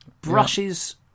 Brushes